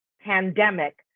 pandemic